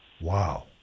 wow